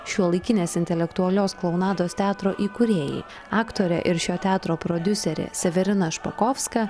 šiuolaikinės intelektualios klounados teatro įkūrėjai aktorė ir šio teatro prodiuserė severina špakovska